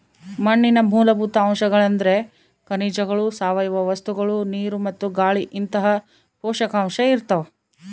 ಮಣ್ಣಿನ ಮೂಲಭೂತ ಅಂಶಗಳೆಂದ್ರೆ ಖನಿಜಗಳು ಸಾವಯವ ವಸ್ತುಗಳು ನೀರು ಮತ್ತು ಗಾಳಿಇಂತಹ ಪೋಷಕಾಂಶ ಇರ್ತಾವ